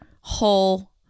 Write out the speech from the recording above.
whole